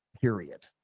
period